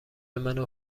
منو